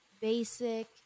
basic